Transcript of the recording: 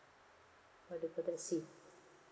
have the potensi